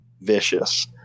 vicious